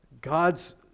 God's